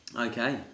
Okay